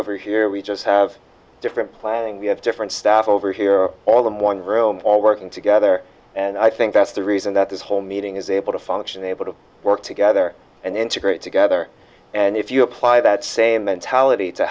over here we just have different planning we have different staff over here all in one room all working together and i think that's the reason that this whole meeting is able to function able to work together and integrate together and if you apply that same mentality to